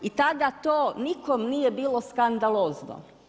I tada to nikom nije bilo skandalozno.